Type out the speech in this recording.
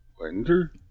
Wonder